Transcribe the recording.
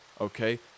Okay